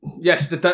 Yes